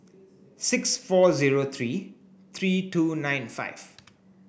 six four zero three three two nine five